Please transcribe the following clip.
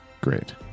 great